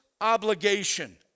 obligation